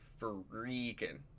freaking